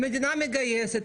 המדינה מגייסת,